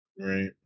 Right